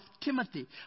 Timothy